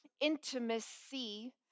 intimacy